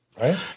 right